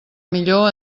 millor